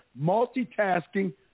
Multitasking